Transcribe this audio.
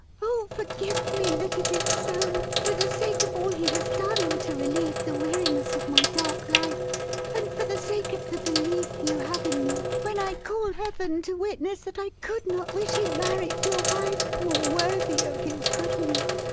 oh forgive me that it is so, for the sake of all he has done to relieve the weariness of my dark life and for the sake of the belief you have in me, when i call heaven to witness that i could not wish him married to a wife more worthy of his goodness!